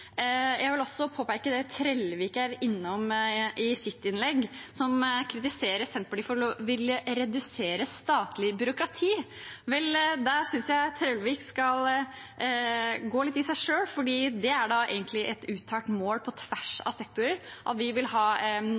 Jeg vil også påpeke det Trellevik var innom i sitt innlegg. Han kritiserer Senterpartiet for å ville redusere statlig byråkrati. Vel, da synes jeg at Trellevik skal gå litt i seg selv, for det er da egentlig et uttalt mål, på tvers av sektorer, at man vil ha